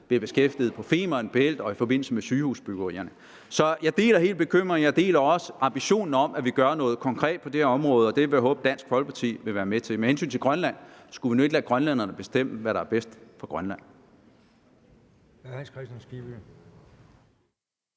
bliver beskæftiget på Femern Bælt og i forbindelse med sygehusbyggerierne. Så jeg deler helt bekymringen. Jeg deler også ambitionen om, at vi gør noget konkret på det her område, og det vil jeg håbe at Dansk Folkeparti vil være med til. Med hensyn til Grønland vil jeg sige: Skulle vi nu ikke lade grønlænderne bestemme, hvad der er bedst for Grønland?